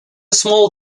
small